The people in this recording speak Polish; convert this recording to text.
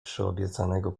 przyobiecanego